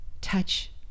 touch